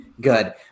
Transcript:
Good